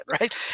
right